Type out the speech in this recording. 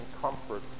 comfort